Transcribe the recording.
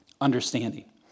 Understanding